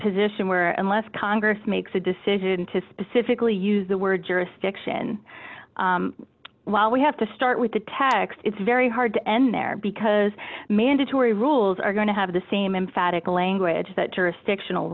position where unless congress makes a decision to specifically use the word jurisdiction while we have to start with the text it's very hard to end there because mandatory rules are going to have the same emphatic language that jurisdictional